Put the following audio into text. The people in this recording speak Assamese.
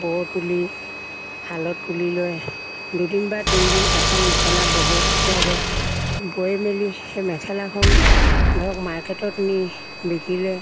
ব তুলি শালত তুলি লৈ দুদিন বা তিনিদিন এখন মেখেলা বব লাগে বৈ মেলি সেই মেখেলাখন ধৰক মাৰ্কেটত নি বিকিলে